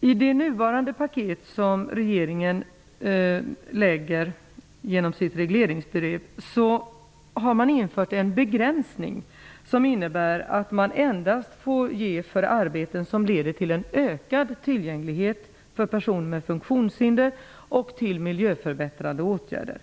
I det paket som regeringen nu lägger fram genom sitt regleringsbrev har man infört en begränsning, som innebär att bidrag endast får ges för arbeten som leder till en ökad tillgänglighet för personer med funktionshinder eller till miljöförbättrande åtgärder.